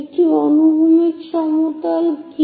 একটি অনুভূমিক সমতল কি